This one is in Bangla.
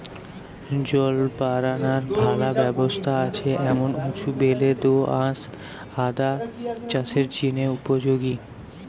জল বারানার ভালা ব্যবস্থা আছে এমন উঁচু বেলে দো আঁশ আদা চাষের জিনে উপযোগী